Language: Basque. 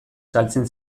saltzen